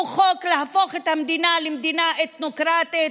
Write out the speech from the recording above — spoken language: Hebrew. חוק להפוך את המדינה למדינה אתנוקרטית,